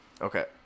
Okay